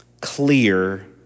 clear